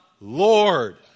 Lord